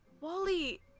Wally